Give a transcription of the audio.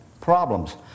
problems